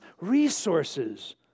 resources